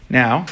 now